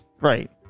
Right